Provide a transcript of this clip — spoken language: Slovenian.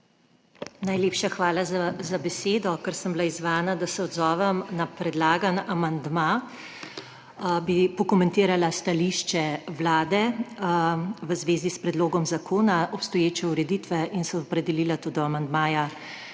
Najlepša hvala za besedo. Ker sem bila izzvana, da se odzovem na predlagan amandma, bi pokomentirala stališče Vlade v zvezi s predlogom zakona obstoječe ureditve in se opredelila tudi do amandmaja.